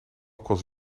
kost